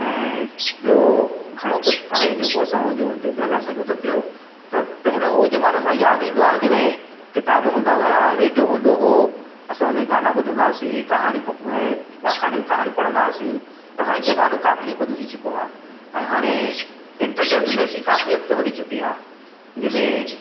ऐं ॿियों घणो कुझु आहे जेको असां हुजो असां बहलाए सघो थो पियो त पहिरों उहो मानो असां यादि ईंदो आहे जॾहिं किताब हूंदा हुया रेडियो हूंदो हो असां उन ते गाना ॿुधंदासीं कहाणी ऐं अखाणियूं कहाणियूं पढ़ंदासीं पर हाणे ज़मानो काफ़ी बदिलजी चुको आहे ऐं हाणे इंटरटेनमेंट इंडस्ट्री काफ़ी अॻिते वधी चुकी आहे जंहिंमें